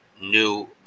new